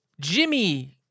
Jimmy